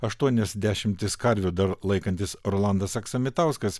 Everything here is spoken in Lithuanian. aštuonias dešimtis karvių dar laikantis rolandas aksamitauskas